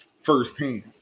firsthand